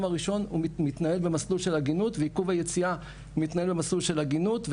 הראשון מתנהל במסלול עגינות ועיכוב היציאה מתנהל במסלול של עגינות,